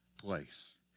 place